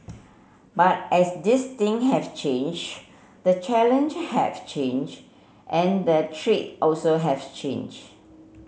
but as these thing have changed the challenge have changed and the treat also have changed